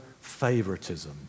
favoritism